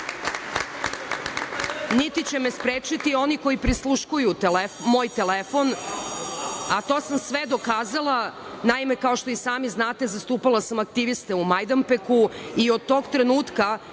Niti će me sprečiti oni koji prisluškuju moj telefon, a to sam sve dokazala. Naime, kao što znate, zastupala sam aktiviste u Majdanpeku i od tog trenutka